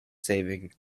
saving